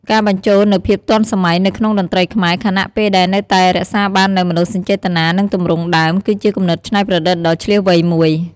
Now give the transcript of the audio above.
ការបញ្ចូលនូវភាពទាន់សម័យទៅក្នុងតន្ត្រីខ្មែរ ខណៈពេលដែលនៅតែរក្សាបាននូវ មនោសញ្ចេតនា និងទម្រង់ដើម គឺជាគំនិតច្នៃប្រឌិតដ៏ឈ្លាសវៃមួយ។